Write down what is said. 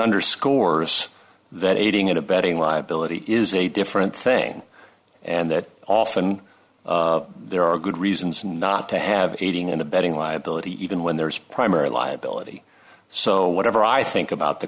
underscores that aiding and abetting liability is a different thing and that often there are good reasons not to have aiding and abetting liability even when there is primary liability so whatever i think about the